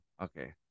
Okay